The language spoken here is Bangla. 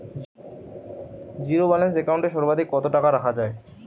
জীরো ব্যালেন্স একাউন্ট এ সর্বাধিক কত টাকা রাখা য়ায়?